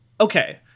Okay